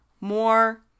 more